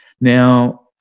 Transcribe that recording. now